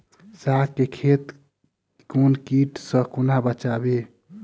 साग केँ खेत केँ कीट सऽ कोना बचाबी?